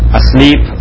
asleep